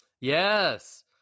Yes